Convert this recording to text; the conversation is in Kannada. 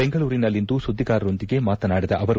ಬೆಂಗಳೂರಿನಲ್ಲಿಂದು ಸುದ್ದಿಗಾರರೊಂದಿಗೆ ಮಾತನಾಡಿದ ಅವರು